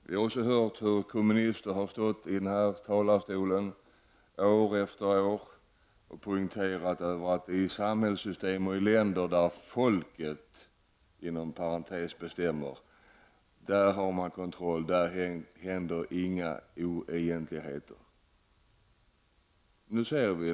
Vi har också hört hur kommunister år efter år från denna talarstol har poängterat att man i länder och i samhällssystem där ”folket” bestämmer har saker och ting under kontroll och att det där inte inträffar några oegentligheter.